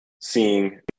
seeing